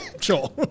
Sure